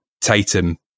Tatum